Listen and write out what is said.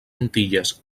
antilles